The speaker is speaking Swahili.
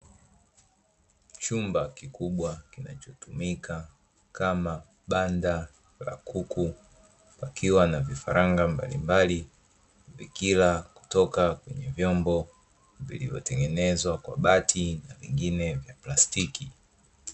Chumba kikubwa kinachotumika kama banda la kuku wakiwa na vifaranga mbalimbali, vikira kutoka kwenye vyombo vilivyotengenezwa kwa bati na pengine kwa plastiki.